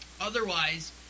Otherwise